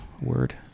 word